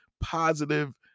positive